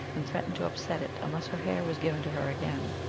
and threat ened to upset it unless her hair was given to her again.